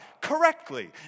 Correctly